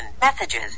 messages